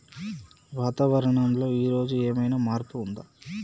వాతావరణం లో ఈ రోజు ఏదైనా మార్పు ఉందా?